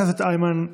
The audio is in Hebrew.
חבר הכנסת איימן עודה,